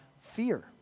fear